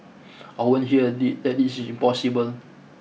I won't hear the that this is impossible